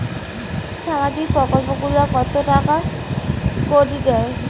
সামাজিক প্রকল্প গুলাট কত টাকা করি দেয়?